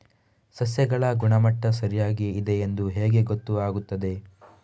ಸಸ್ಯಗಳ ಗುಣಮಟ್ಟ ಸರಿಯಾಗಿ ಇದೆ ಎಂದು ಹೇಗೆ ಗೊತ್ತು ಆಗುತ್ತದೆ?